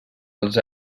els